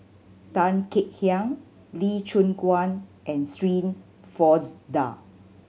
Tan Kek Hiang Lee Choon Guan and Shirin Fozdar